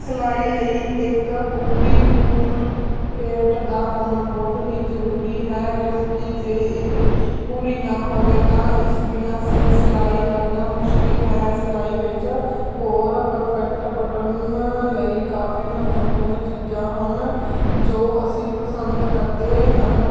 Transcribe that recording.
ਸਿਲਾਈ ਲਈ ਇੱਕ ਪੂਰੀ ਟੂਲ ਕੇਟ ਦਾ ਹੋਣਾ ਬਹੁਤ ਹੀ ਜ਼ਰੂਰੀ ਹੈ ਕਿਉਂਕਿ ਜੇ ਇਹ ਪੂਰੀ ਨਾ ਹੋਵੇ ਤਾਂ ਇਸ ਬਿਨਾਂ ਸ ਸਿਲਾਈ ਕਰਨਾ ਮੁਸ਼ਕਿਲ ਹੈ ਸਿਲਾਈ ਵਿੱਚ ਹੋਰ ਪਰਫੈਕਟ ਬਟਨ ਲਈ ਕਾਫੀ ਮਹੱਤਵਪੂਰਨ ਚੀਜ਼ਾਂ ਹਨ ਜੋ ਅਸੀਂ ਪਸੰਦ ਕਰਦੇ ਹਨ